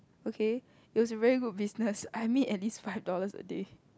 okay it was very good business I made at least five dollars a day